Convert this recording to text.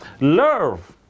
love